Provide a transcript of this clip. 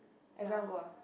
everyone go ah